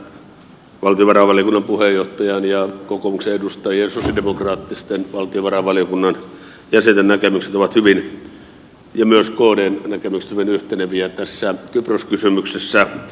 olen hyvin tyytyväinen että valtiovarainvaliokunnan puheenjohtajan ja kokoomuksen edustajien ja sosialidemokraattisten valtiovarainvaliokunnan jäsenten ja myös kdn näkemykset ovat hyvin yhteneviä tässä kypros kysymyksessä